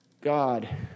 God